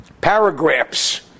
paragraphs